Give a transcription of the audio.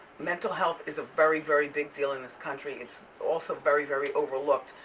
mental health is a very, very big deal in this country, it's also very, very overlooked.